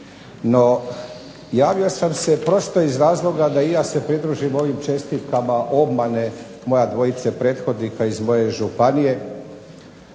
No, javio sam se prosto iz razloga da se i ja pridružim ovim čestitkama obmane moje dvojice prethodnika iz moje županije,